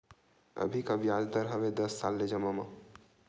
अभी का ब्याज दर हवे दस साल ले जमा मा?